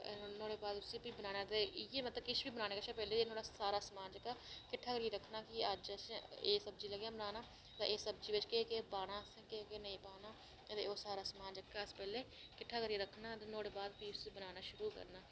नुआढ़े बाद उसी भी बनाना ते इयै मतलब किश बी बनाने कशा पैह्ले सारा समान जेह्का किट्ठा करियै रक्खना कि अज्ज असें एह् सब्जी लगे आं बनाना अदे एह् सब्जी बिच केह् केह् पाना असें केह् केह् नेईं पाना अदे ओह् सारा समान अस पैह्ले किट्ठा करियै रक्खना नुआढ़े बाद भी उसी बनाना